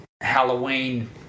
Halloween